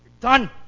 Done